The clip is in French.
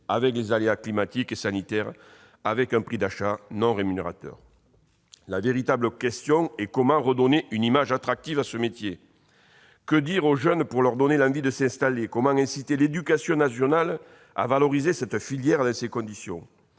les aléas climatiques et sanitaires, et des prix d'achat non rémunérateurs. La véritable question est la suivante : comment redonner une image attractive à ce métier ? Que dire aux jeunes pour leur donner l'envie de s'installer ? Comment inciter l'éducation nationale à valoriser cette filière dans ces conditions ?